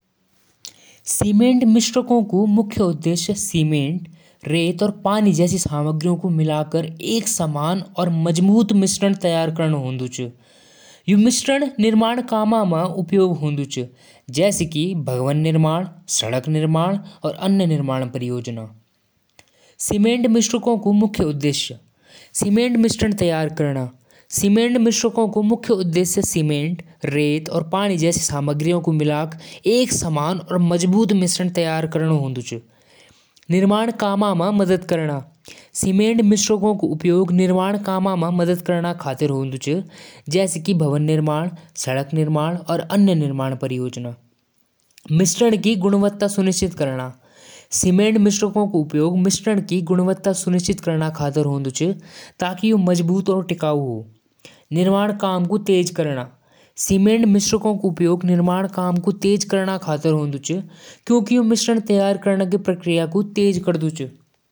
Hair dryer एक machine होली जैं बाल सुखाण म मदद करदी। यो मशीन म गरम हवा फूंकण वालु पंखा होलु। बाल म हवा लगण स पानी सूख जालु। यो बाल जल्दी सूखाण म मदद करदु।